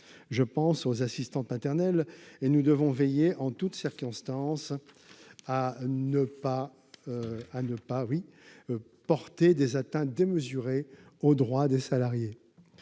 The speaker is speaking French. Je pense aux assistantes maternelles. Nous devons veiller en toutes circonstances à ne pas porter des atteintes démesurées aux droits des salariés.